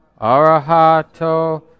Arahato